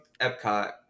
Epcot